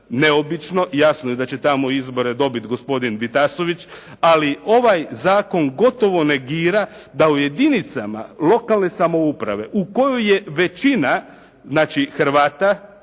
neobično. Jasno je da će tamo izbore dobiti gospodin Vitasović, ali ovaj zakon gotovo negira da u jedinicama lokalne samouprave u kojoj je većina hrvatske